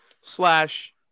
slash